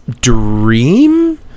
dream